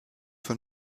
von